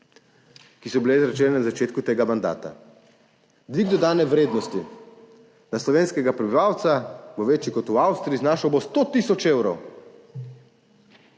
ki so bile izrečene na začetku tega mandata, dvig dodane vrednosti na slovenskega prebivalca bo večji kot v Avstriji, znašal bo 100 tisoč evrov.